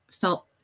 felt